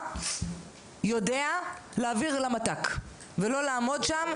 יודע להעביר למת"ק ולא לעמוד שם ---?